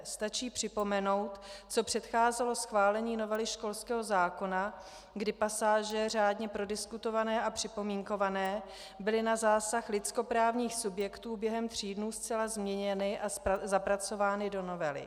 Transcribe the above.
Stačí připomenout, co předcházelo schválení novely školského zákona, kdy pasáže řádně prodiskutované a připomínkované byly na zásah lidskoprávních subjektů během tří dnů zcela změněny a zapracovány do novely.